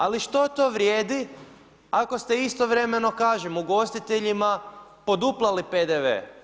Ali što to vrijedi ako ste istovremeno, kažem, ugostiteljima poduplali PDV?